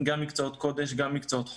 גם מקצועות קודש וגם מקצועות חול.